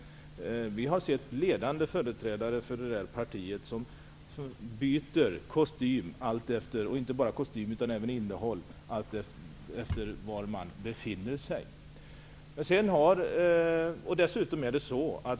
Ledande företrädare för partiet byter kostym -- och inte bara kostym utan även innehåll -- alltefter var de befinner sig.